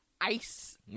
ice